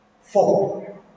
Four